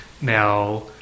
Now